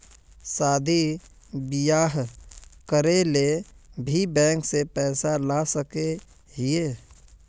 शादी बियाह करे ले भी बैंक से पैसा ला सके हिये?